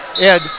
Ed